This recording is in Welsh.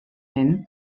hyn